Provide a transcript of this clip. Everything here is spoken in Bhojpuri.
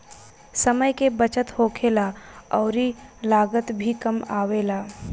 समय के बचत होखेला अउरी लागत भी कम आवेला